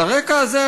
על הרקע הזה,